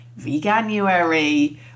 veganuary